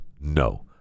No